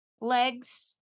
legs